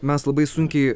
mes labai sunkiai